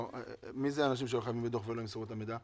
מי אלה אנשים שהיו חייבים בדוח ולא ימסרו את המידע?